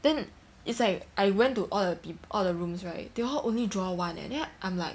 then it's like I went to all the pe~ all the rooms right they all only draw one and then I'm like